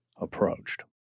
approached